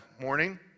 morning